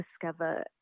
discover